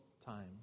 time